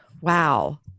Wow